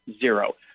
zero